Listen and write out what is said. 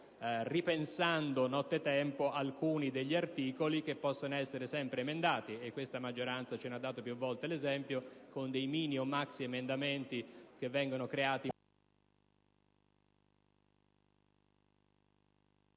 ripensare nottetempo ad alcuni degli articoli che possono sempre essere emendati. Questa maggioranza ce ne ha dato più volte l'esempio con dei mini o maxiemendamenti che vengono creati